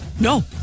No